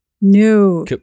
No